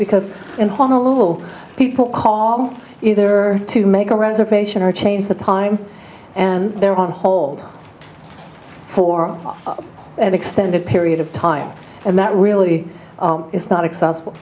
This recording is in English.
because in honolulu people call either to make a reservation or change the time and they're on hold for an extended period of time and that really is not acce